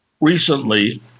Recently